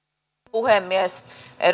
puhemies